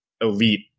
elite